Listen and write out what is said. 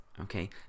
Okay